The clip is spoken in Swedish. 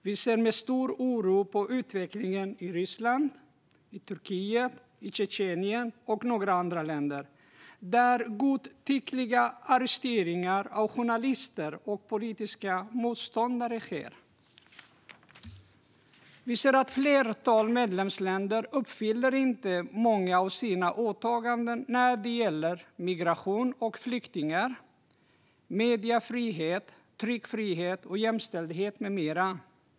Vi ser med stor oro på utvecklingen i Ryssland, Turkiet och Tjetjenien och några andra länder, där godtyckliga arresteringar av journalister och politiska motståndare sker. Vi ser att ett flertal medlemsländer inte uppfyller många av sina åtaganden när det gäller migration och flyktingar, mediefrihet, tryckfrihet, jämställdhet med mera.